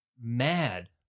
mad